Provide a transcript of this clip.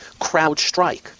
CrowdStrike